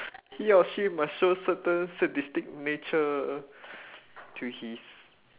he or she must show certain sadistic nature to his